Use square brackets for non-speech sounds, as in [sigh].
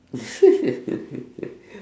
[laughs]